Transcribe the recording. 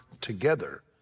together